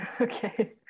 Okay